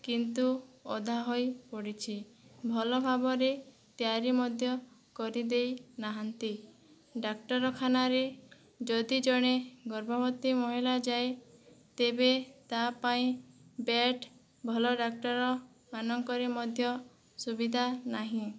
କିନ୍ତୁ ଅଧା ହୋଇ ପଡ଼ିଛି ଭଲ ଭାବରେ ତିଆରି ମଧ୍ୟ କରିଦେଇନାହାଁନ୍ତି ଡାକ୍ତରଖାନାରେ ଯଦି ଜଣେ ଗର୍ଭବତୀ ମହିଳା ଯାଏ ତେବେ ତା ପାଇଁ ବେଟ୍ ଭଲ ଡାକ୍ତର ମାନଙ୍କରେ ମଧ୍ୟ ସୁବିଧା ନାହିଁ